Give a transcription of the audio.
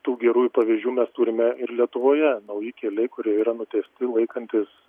tų gerųjų pavyzdžių mes turime ir lietuvoje nauji keliai kurie yra nutiesti laikantis